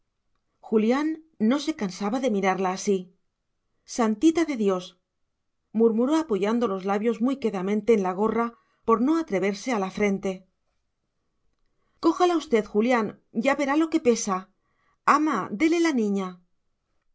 julián no se cansaba de mirarla así santita de dios murmuró apoyando los labios muy quedamente en la gorra por no atreverse a la frente cójala usted julián ya verá lo que pesa ama déle la niña